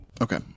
okay